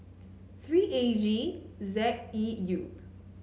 three A G Z E U